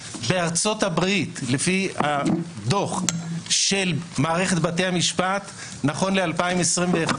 הבוקר: דוח משטרת ישראל בנושא האזנות סתר לשנת 2021,